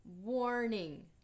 warning